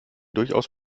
durchaus